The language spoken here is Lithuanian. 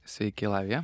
sveiki lavija